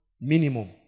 minimum